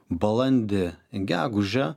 balandį gegužę